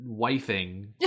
wifing